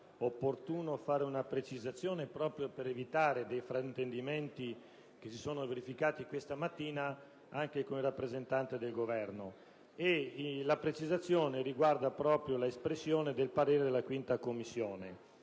opportuno fare una precisazione, proprio per evitare dei fraintendimenti, quali quelli che si sono verificati questa mattina anche con il rappresentante del Governo. La precisazione riguarda proprio l'espressione del parere della 5a Commissione.